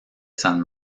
san